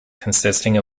consisting